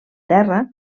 terra